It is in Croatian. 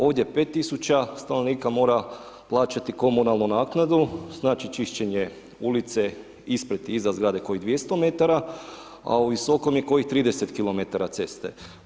Ovdje 5.000 stanovnika mora plaćati komunalnu naknadu, znači čišćenje ulice ispred, iza zgrade kojih 200 m, a u Visokom je kojih 30 km ceste.